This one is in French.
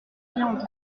viandes